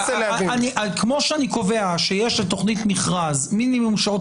כמו שאני קובע שיש בתוכנית מכרז מינימום שעות